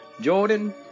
Jordan